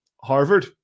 Harvard